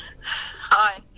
Hi